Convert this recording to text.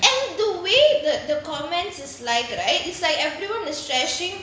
and the way the the comments is like right is like everyone is thrashing